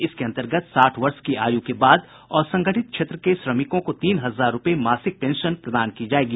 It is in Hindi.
इसके अंतर्गत साठ वर्ष की आयु के बाद असंगठित क्षेत्र के श्रमिकों को तीन हजार रूपये मासिक पेंशन प्रदान की जायेगी